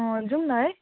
अँ जाउँ न है